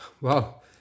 Wow